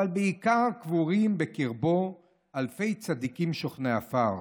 אבל בעיקר קבורים בקרבו אלפי צדיקים שוכני עפר,